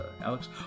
Alex